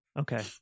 Okay